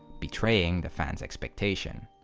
betraying the fan's expectation.